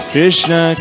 Krishna